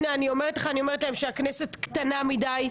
אני אומרת להם שהכנסת קטנה מדי,